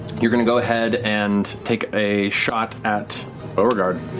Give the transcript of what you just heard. you're going to go ahead and take a shot at beauregard.